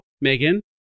Megan